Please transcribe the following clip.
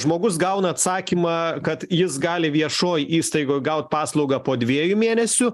žmogus gauna atsakymą kad jis gali viešoj įstaigoj gaut paslaugą po dviejų mėnesių